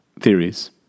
theories